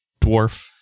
dwarf